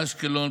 אשקלון,